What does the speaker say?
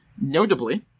Notably